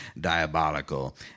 diabolical